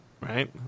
right